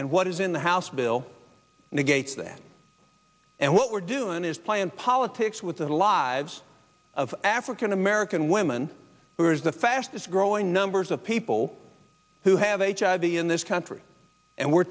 and what is in the house bill negates that and what we're doing is playing politics with the lives of african american women who is the fastest growing numbers of people who have a child the in this country and we're